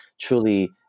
truly